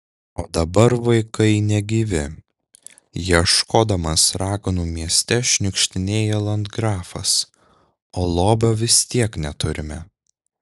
o dabar vaikai negyvi ieškodamas raganų mieste šniukštinėja landgrafas o lobio vis tiek neturime